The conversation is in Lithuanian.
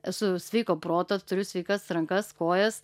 esu sveiko proto turiu sveikas rankas kojas